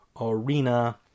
Arena